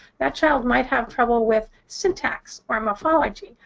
that child might have trouble with syntax or morphology.